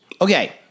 Okay